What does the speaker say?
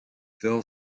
phil